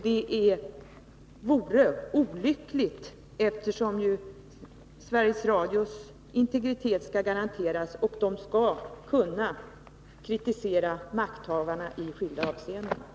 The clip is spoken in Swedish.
Det vore olyckligt, eftersom Sveriges Radios integritet ju skall garanteras, och Sveriges Radio skall kunna kritisera makthavarna i skilda avseenden.